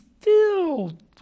filled